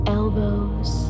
elbows